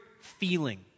feeling